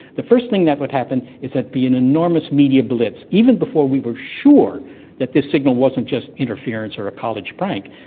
the first thing that would happen is there'd be an enormous media blitz. even before we were sure that this signal wasn't just interference or college prank,